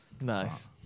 Nice